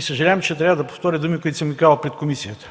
Съжалявам, че трябва да повторя думи, които съм казал пред комисията.